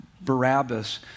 Barabbas